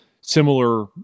similar